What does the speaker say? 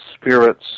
spirits